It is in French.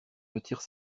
retire